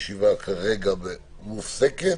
הישיבה נעולה.